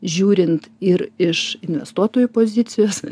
žiūrint ir iš investuotojų pozicijos